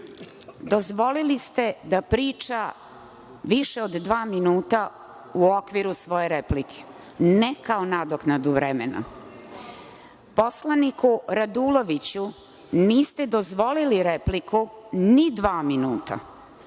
dozvolili ste da priča više od dva minuta u okviru svoje replike, ne kao nadoknadu vremena. Poslaniku Raduloviću niste dozvolili repliku ni dva minuta,